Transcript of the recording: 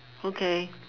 okay